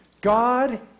God